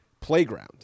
playground